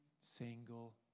single